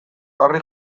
harri